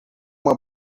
uma